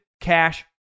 cash